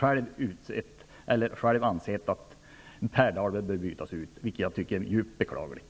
Han har själv ansett att Per Dahlberg skall bytas ut. Jag tycker att det är djupt beklagligt.